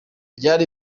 byari